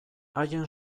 haien